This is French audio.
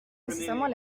nécessairement